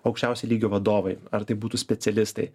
aukščiausio lygio vadovai ar tai būtų specialistai